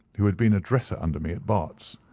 who had been a dresser under me at barts.